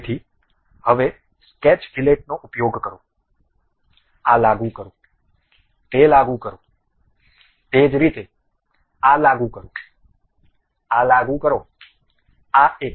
તેથી હવે સ્કેચ ફીલેટનો ઉપયોગ કરો આ લાગુ કરો તે લાગુ કરો તે જ રીતે આ લાગુ કરો આ લાગુ કરો આ એક